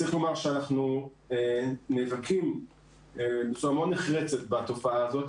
צריך לומר שאנחנו נאבקים בצורה מאוד נחרצת בתופעה הזו.